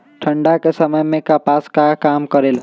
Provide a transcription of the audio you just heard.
ठंडा के समय मे कपास का काम करेला?